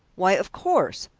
why, of course!